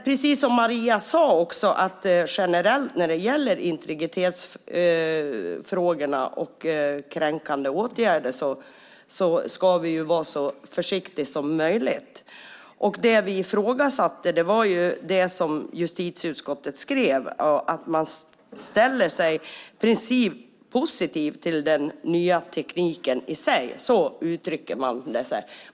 Precis som Maria sagt ska vi generellt när det gäller integritetsfrågor och kränkande åtgärder vara så försiktiga som möjligt. Det vi ifrågasatt är det som justitieutskottet skrivit: att man i princip ställer sig positiv till den nya tekniken i sig - så uttrycker man sig.